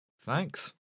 Thanks